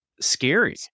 scary